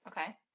Okay